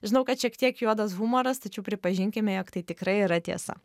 žinau kad šiek tiek juodas humoras tačiau pripažinkime jog tai tikrai yra tiesa